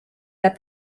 that